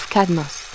Cadmus